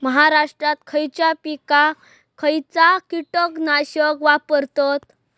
महाराष्ट्रात खयच्या पिकाक खयचा कीटकनाशक वापरतत?